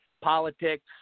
politics